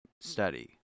study